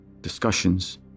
discussions